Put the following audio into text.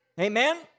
Amen